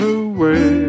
away